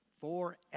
forever